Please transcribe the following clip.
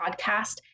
podcast